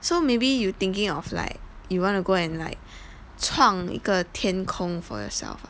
so maybe you thinking of like you want to go and like 创一个天空 for yourself ah